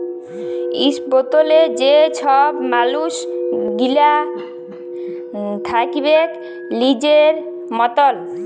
স্বতলত্র যে ছব মালুস গিলা থ্যাকবেক লিজের মতল